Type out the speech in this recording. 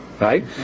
right